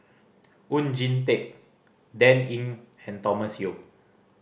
Oon Jin Teik Dan Ying and Thomas Yeo